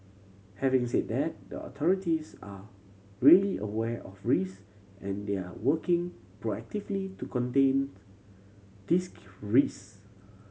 having said that the authorities are really aware of risk and they are working proactively to contain these risk